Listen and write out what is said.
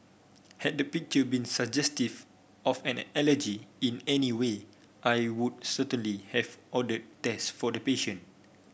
had the picture been suggestive of an allergy in any way I would certainly have ordered test for the patient